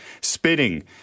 spitting